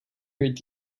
heard